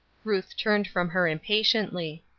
ruth turned from her impatiently.